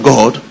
God